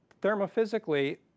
thermophysically